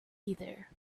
either